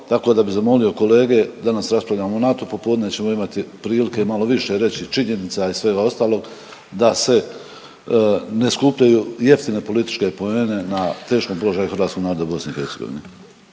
tako da bi zamolio kolege, danas raspravljamo o NATO, popodne ćemo imati prilike malo više reći činjenica i svega ostalog, da se ne skupljaju jeftine političke poene na teškom položaju Hrvatskog naroda u BiH.